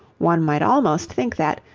one might almost think that,